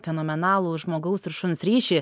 fenomenalų žmogaus ir šuns ryšį